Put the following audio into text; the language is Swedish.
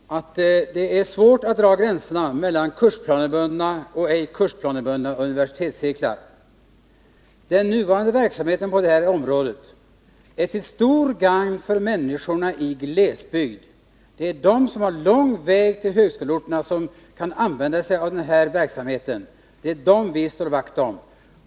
Herr talman! Det är svårt att dra gränsen mellan kursplanebundna och ej kursplanebundna universitetscirklar. Den nuvarande verksamheten på detta område är till stort gagn för människorna i glesbygd. Det är de som har lång väg till högskoleorterna och som kan använda sig av denna verksamhet. Det är dem som vi slår vakt om.